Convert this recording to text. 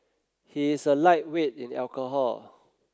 he is a lightweight in alcohol